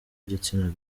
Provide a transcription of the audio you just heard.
igitsina